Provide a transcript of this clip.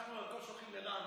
רב הכותל הוא עובד מדינה ונמנה